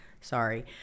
sorry